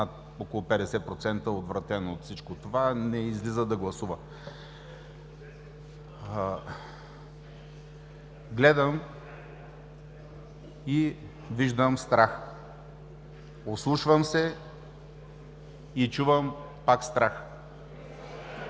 на около 50% е отвратен от всичко това и не излиза да гласува. Гледам и виждам страх. Ослушвам се и пак чувам страх.